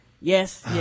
Yes